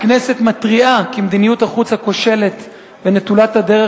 הכנסת מתריעה כי מדיניות החוץ הכושלת ונטולת הדרך